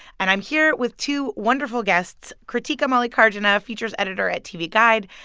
and i'm here with two wonderful guests krutika mallikarjuna, features editor at tv guide,